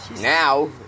now